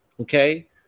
okay